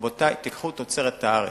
רבותי, תיקחו תוצרת הארץ.